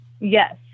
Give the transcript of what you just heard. Yes